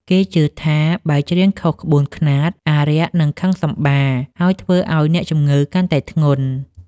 គេជឿថាបើច្រៀងខុសក្បួនខ្នាត អារក្សនឹងខឹងសម្បារ ហើយធ្វើឱ្យអ្នកជំងឺកាន់តែធ្ងន់។